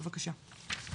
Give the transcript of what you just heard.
בבקשה.